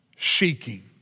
seeking